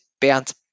bounce